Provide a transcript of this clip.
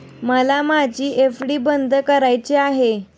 मला माझी एफ.डी बंद करायची आहे